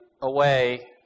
away